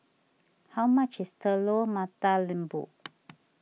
how much is Telur Mata Lembu